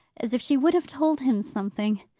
as if she would have told him something.